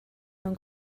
mewn